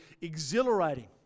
exhilarating